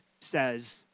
says